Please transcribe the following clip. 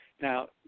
Now